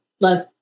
love